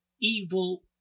evil